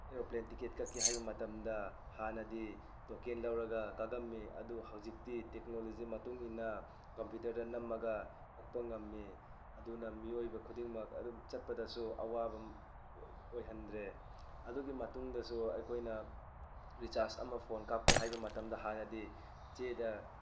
aeroplane ticket ꯀꯛꯀꯦ ꯍꯥꯏꯕ ꯃꯇꯝꯗ ꯍꯥꯟꯅꯗꯤ ꯇꯣꯀꯦꯟ ꯂꯧꯔꯒ ꯀꯛꯑꯝꯃꯤ ꯑꯗꯨ ꯍꯧꯖꯤꯛꯇꯤ ꯇꯦꯀꯅꯣꯂꯣꯖꯤ ꯃꯇꯨꯡꯏꯟꯅ ꯀꯝꯄ꯭ꯌꯨꯇꯔꯗ ꯅꯝꯃꯒ ꯀꯛꯄ ꯉꯝꯃꯤ ꯑꯗꯨꯅ ꯃꯤꯑꯣꯏꯕ ꯈꯨꯗꯤꯡꯃꯛ ꯑꯗꯨꯝ ꯆꯠꯄꯗꯁꯨ ꯑꯋꯥꯕ ꯑꯣꯏꯍꯟꯗ꯭ꯔꯦ ꯑꯗꯨꯒꯤ ꯃꯇꯨꯡꯗꯁꯨ ꯑꯩꯈꯣꯏꯅ ꯔꯤꯆꯥꯔꯖ ꯑꯃ ꯐꯣꯟ ꯀꯥꯞꯀꯦ ꯍꯥꯏ ꯃꯇꯝꯗ ꯍꯥꯟꯅꯗꯤ ꯆꯦꯗ